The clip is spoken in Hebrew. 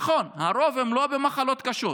נכון, הרוב הם לא עם מחלות קשות,